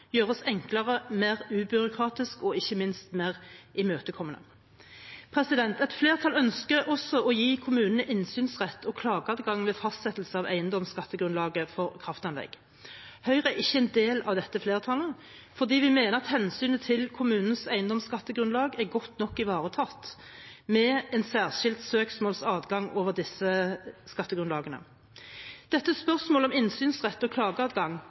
enklere, mer ubyråkratisk og ikke minst mer imøtekommende. Et flertall ønsker også å gi kommunene innsynsrett og klageadgang ved fastsettelse av eiendomsskattegrunnlaget for kraftanlegg. Høyre er ikke en del av dette flertallet, for vi mener at hensynet til kommunenes eiendomsskattegrunnlag er godt nok ivaretatt med en særskilt søksmålsadgang over disse skattegrunnlagene. Dette spørsmålet om innsynsrett og klageadgang